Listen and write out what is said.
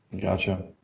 Gotcha